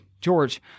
George